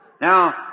Now